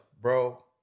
Bro